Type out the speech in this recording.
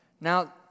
Now